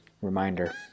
Reminder